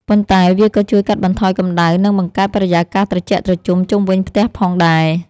ប៉ុន្តែវាក៏ជួយកាត់បន្ថយកម្ដៅ និងបង្កើតបរិយាកាសត្រជាក់ត្រជុំជុំវិញផ្ទះផងដែរ។